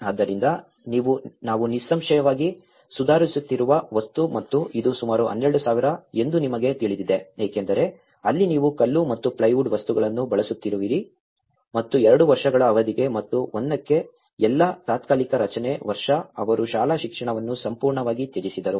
ಆದ್ದರಿಂದ ನಾವು ನಿಸ್ಸಂಶಯವಾಗಿ ಸುಧಾರಿಸುತ್ತಿರುವ ವಸ್ತು ಮತ್ತು ಇದು ಸುಮಾರು 12000 ಎಂದು ನಿಮಗೆ ತಿಳಿದಿದೆ ಏಕೆಂದರೆ ಅಲ್ಲಿ ನೀವು ಕಲ್ಲು ಮತ್ತು ಪ್ಲೈವುಡ್ ವಸ್ತುಗಳನ್ನು ಬಳಸುತ್ತಿರುವಿರಿ ಮತ್ತು 2 ವರ್ಷಗಳ ಅವಧಿಗೆ ಮತ್ತು 1 ಕ್ಕೆ ಎಲ್ಲಾ ತಾತ್ಕಾಲಿಕ ರಚನೆ ವರ್ಷ ಅವರು ಶಾಲಾ ಶಿಕ್ಷಣವನ್ನು ಸಂಪೂರ್ಣವಾಗಿ ತ್ಯಜಿಸಿದರು